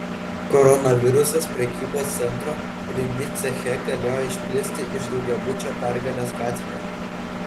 koronavirusas prekybos centro rimi ceche galėjo išplisti iš daugiabučio pergalės gatvėje